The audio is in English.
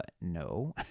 no